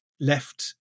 left